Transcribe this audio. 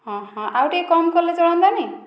ହଁ ହଁ ଆଉ ଟିକେ କମ୍ କଲେ ଚଳନ୍ତାନି